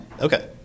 Okay